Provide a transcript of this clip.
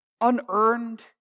unearned